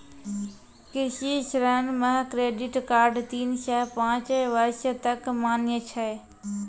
कृषि ऋण मह क्रेडित कार्ड तीन सह पाँच बर्ष तक मान्य छै